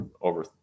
over